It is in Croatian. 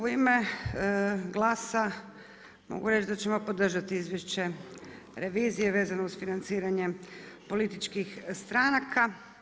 U ime GLAS-a mogu reći da ćemo podržati izvješće revizije vezano uz financiranje političkih stranka.